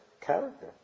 character